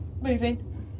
moving